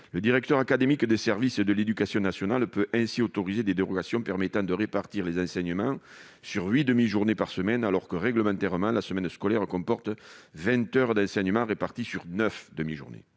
Le directeur académique des services de l'éducation nationale, ou Dasen, peut ainsi autoriser des dérogations permettant de répartir les enseignements sur huit demi-journées par semaine, alors que, réglementairement, la semaine scolaire comporte vingt heures d'enseignement réparties sur neuf demi-journées.